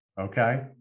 Okay